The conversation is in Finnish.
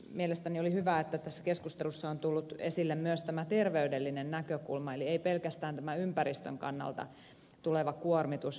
mielestäni on hyvä että tässä keskustelussa on tullut esille myös tämä terveydellinen näkökulma eli ei pelkästään tämä ympäristöä koskeva kuormitus